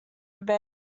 obey